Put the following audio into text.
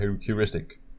heuristic